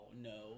no